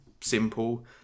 simple